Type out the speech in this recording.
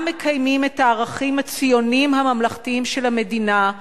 מקיימים את הערכים הציוניים הממלכתיים של המדינה,